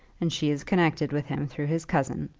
and she is connected with him through his cousin.